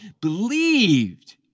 believed